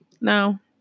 Now